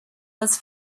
was